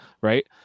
right